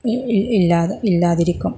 ഇല്ലാതെ ഇല്ലാതിരിക്കും